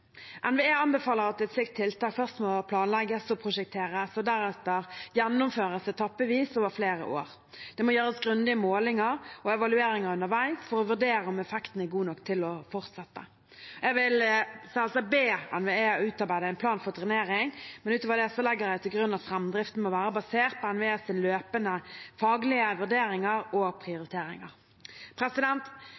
NVE anbefaler at et slikt tiltak først må planlegges og prosjekteres og deretter gjennomføres etappevis, over flere år. Det må gjøres grundige målinger og evalueringer underveis for å vurdere om effekten er god nok til å fortsette. Jeg vil selvsagt be NVE utarbeide en plan for drenering, men utover det legger jeg til grunn at framdriften må være basert på NVEs løpende faglige vurderinger og